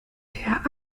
der